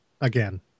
Again